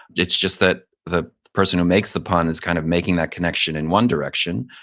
it's just that the person who makes the pun is kind of making that connection in one direction.